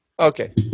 Okay